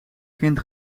kind